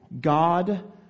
God